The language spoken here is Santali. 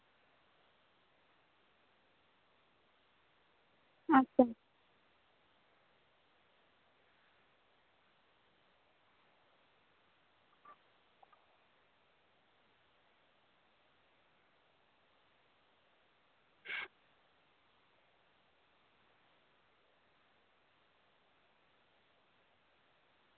ᱟᱪᱪᱷᱟ